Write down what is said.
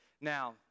Now